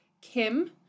Kim